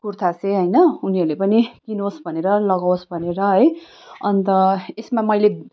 कुर्ता चाहिँ होइन उनीहरूले पनि किनोस् भनेर लगाओस् भनेर है अन्त यसमा मैले